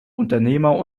unternehmer